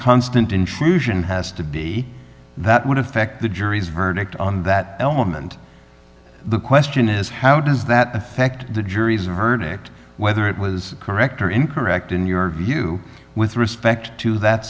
constant intrusion has to be that would affect the jury's verdict on that element the question is how does that affect the jury's verdict whether it was correct or incorrect in your view with respect to